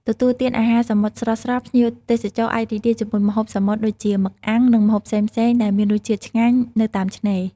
ទទួលទានអាហារសមុទ្រស្រស់ៗ ភ្ញៀវទេសចរអាចរីករាយជាមួយម្ហូបសមុទ្រដូចជា មឹកអាំង និងម្ហូបផ្សេងៗដែលមានរសជាតិឆ្ងាញ់ នៅតាមឆ្នេរ។